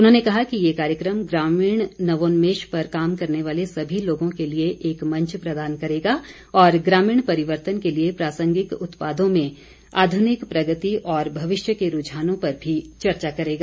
उन्होंने कहा कि ये कार्यक्रम ग्रामीण नवोन्मेष पर काम करने वाले सभी लोगों के लिए एक मंच प्रदान करेगा और ग्रामीण परिवर्तन के लिए प्रासंगिक उत्पादों में आध्रनिक प्रगति तथा भविष्य के रूझानों पर भी चर्चा करेगा